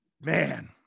Man